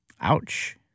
Ouch